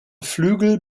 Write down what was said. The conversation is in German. flügel